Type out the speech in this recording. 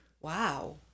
Wow